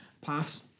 pass